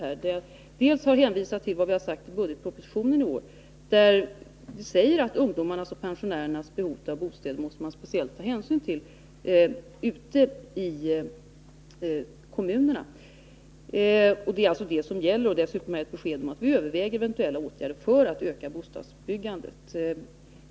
Där har jag hänvisat till vad jag sagt i budgetpropositionen i år, nämligen att man ute i kommunerna måste ta speciell hänsyn till ungdomarnas och pensionärernas behov av bostäder. Det är alltså detta som gäller. Dessutom har jag gett besked om att vi överväger eventuella åtgärder för att öka bostadsbyggandet.